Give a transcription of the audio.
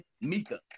Mika